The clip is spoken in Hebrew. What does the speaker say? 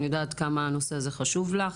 אני יודעת כמה הנושא הזה חשוב לך,